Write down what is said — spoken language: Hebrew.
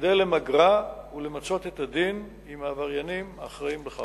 כדי למגרה ולמצות את הדין עם העבריינים האחראים לה.